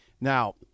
Now